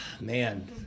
man